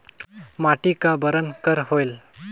माटी का बरन कर होयल?